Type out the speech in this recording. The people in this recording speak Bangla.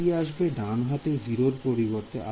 এটি আসবে ডান হাতে 0 র পরিবর্তে